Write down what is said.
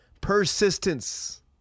Persistence